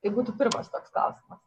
tai būtų pirmas toks klausimas